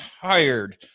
tired